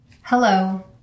Hello